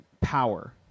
power